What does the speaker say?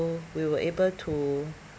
we were able to